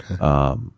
okay